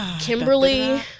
Kimberly